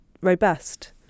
robust